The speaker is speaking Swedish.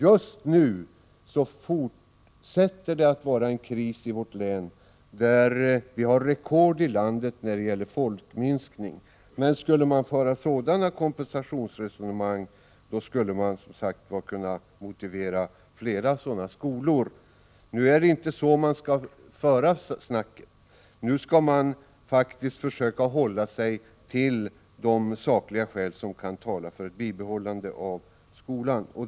Just nu fortsätter krisen i vårt län. Vi har rekord i landet när det gäller folkminskning, men skulle man föra sådana kompensationeresonemang skulle man som sagt kunna motivera flera sådana skolor. Nu är det inte på ett sådant sätt man skall föra diskussionen, nu skall man faktiskt försöka hålla sig till de sakliga skäl som kan tala för ett bibehållande av skolan.